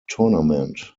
tournament